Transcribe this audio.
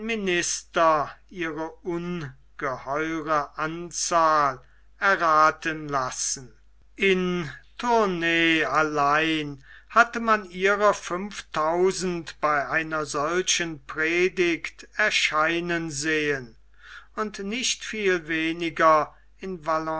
minister ihre ungeheure anzahl errathen lassen in tournay allein hatte man ihrer fünftausend bei einer solchen predigt erscheinen sehen und nicht viel weniger in